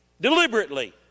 deliberately